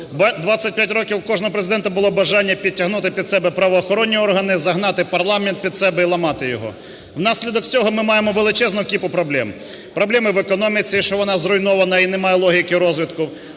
25 років у кожного Президента було бажання підтягнути під себе правоохоронні органи, загнати парламент під себе і ламати його. Внаслідок цього ми маємо величезну кіпу проблем: проблеми в економіці, що вона зруйнована і немає логіки розвитку,